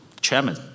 chairman